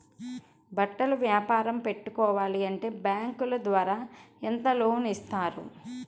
బట్టలు వ్యాపారం పెట్టుకోవాలి అంటే బ్యాంకు ద్వారా ఎంత లోన్ ఇస్తారు?